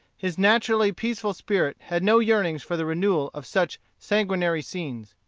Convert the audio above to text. his naturally peaceful spirit had no yearnings for the renewal of such sanguinary scenes.